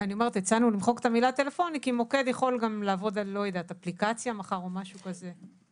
כי מוקד יכול גם לעבוד על אפליקציה מחר או משהו כזה.